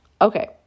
Okay